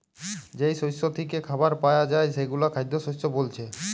যেই শস্য থিকে খাবার পায়া যায় সেগুলো খাদ্যশস্য বোলছে